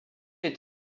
est